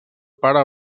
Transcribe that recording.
pare